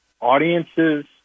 Audiences